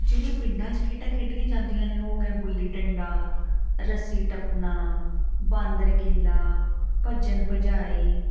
ਜਿਹੜੀਆਂ ਪਿੰਡਾਂ 'ਚ ਖੇਡਾਂ ਖੇਡੀਆਂ ਜਾਂਦੀਆਂ ਨੇ ਉਹ ਹੋ ਗਿਆ ਗੁੱਲੀ ਡੰਡਾ ਰੱਸੀ ਟੱਪਣਾ ਬਾਂਦਰ ਕਿੱਲਾ ਭੱਜਣ ਭਜਾਈ